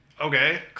Okay